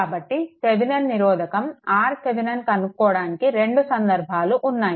కాబట్టి థెవెనిన్ నిరోధకం RThevenin కనుక్కోవడానికి రెండు సందర్భాలు ఉన్నాయి